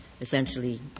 essentially